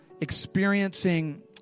experiencing